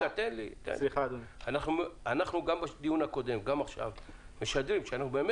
גם בדיון הקודם וגם עכשיו אנחנו בהולים,